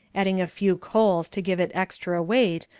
adding a few coals to give it extra weight,